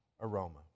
aroma